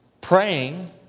praying